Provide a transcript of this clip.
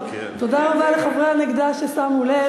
כי אחרת השר מהנגדה, הו, הגיע השר.